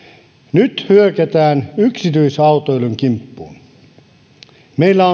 nyt hyökätään yksityisautoilun kimppuun meillä